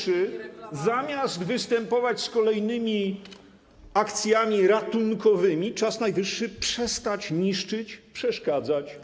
Zamiast występować z kolejnymi akcjami ratunkowymi, czas najwyższy przestać niszczyć, przeszkadzać.